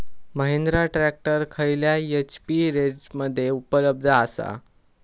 Mahindra tractor खयल्या HP रेंजमध्ये उपलब्ध आसा?